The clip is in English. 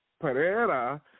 Pereira